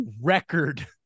record